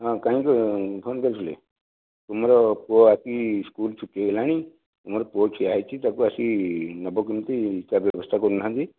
ହଁ କାହିଁକି ଫୋନ୍ କରିଥିଲେ ତୁମର ପୁଅ ଆସି ସ୍କୁଲ୍ ଛୁଟି ହୋଇଗଲାଣି ତୁମର ପୁଅ ଠିଆ ହୋଇଛି ତାକୁ ଆସିକି ନେବ କେମିତି ତା'ର ବ୍ୟବସ୍ଥା କରୁନାହାନ୍ତି